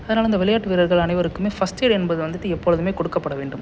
அதனால இந்த விளையாட்டு வீரர்கள் அனைவருக்குமே ஃபஸ்ட் எய்ட் என்பது வந்துட்டு எப்பொழுதுமே கொடுக்கப்பட வேண்டும்